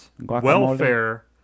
welfare